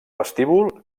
vestíbul